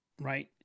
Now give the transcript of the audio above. Right